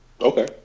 Okay